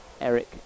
eric